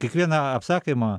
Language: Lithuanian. kiekvieną apsakymą